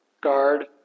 Guard